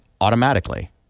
automatically